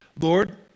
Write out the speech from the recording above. Lord